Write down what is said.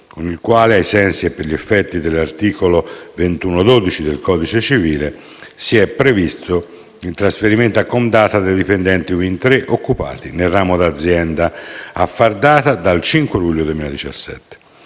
con il quale, ai sensi e per gli effetti dell'articolo 2112 del codice civile, si è previsto il trasferimento a Comdata dei dipendenti Wind Tre occupati nel ramo d'azienda a far data dal 5 luglio 2017.